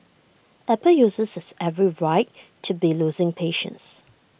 apple users have every right to be losing patience